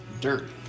dirt